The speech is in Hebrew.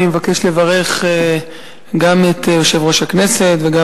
אני מבקש לברך גם את יושב-ראש הכנסת וגם